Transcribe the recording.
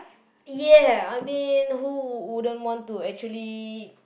ya I mean who wouldn't want to actually